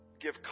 Give